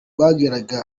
bageraga